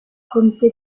comité